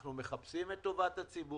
אנחנו מחפשים את טובת הציבור.